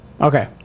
Okay